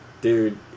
Dude